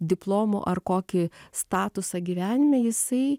diplomų ar kokį statusą gyvenime jisai